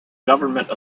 government